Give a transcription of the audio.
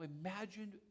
imagine